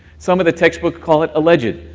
some of the textbooks call it a legend.